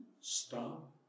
stop